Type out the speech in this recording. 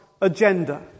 agenda